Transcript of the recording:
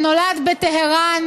שנולד בטהרן